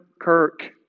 Kirk